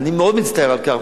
אני מצטער על כך,